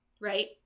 right